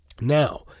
Now